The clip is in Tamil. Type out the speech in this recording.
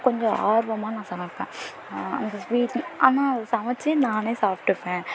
கொஞ்சம் ஆர்வமாக நான் சமைப்பேன் அந்த ஸ்வீட் ஆனால் அது சமைத்து நானே சாப்பிட்டுப்பேன்